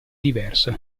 diverso